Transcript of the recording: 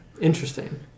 Interesting